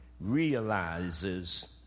realizes